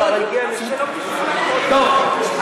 טוב,